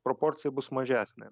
proporcija bus mažesnė